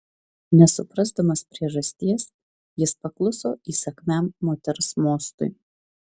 nesuprasdamas priežasties jis pakluso įsakmiam moters mostui